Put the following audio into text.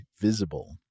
Visible